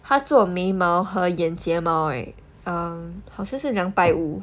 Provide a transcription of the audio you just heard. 她做眉毛和眼睫毛 eh err 好像是两百五